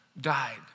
died